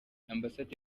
ambasade